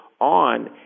on